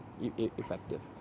effective